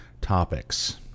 topics